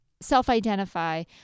self-identify